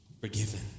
forgiven